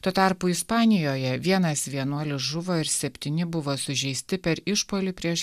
tuo tarpu ispanijoje vienas vienuolis žuvo ir septyni buvo sužeisti per išpuolį prieš